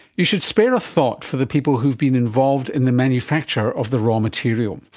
you should spare a thought for the people who have been involved in the manufacture of the raw material.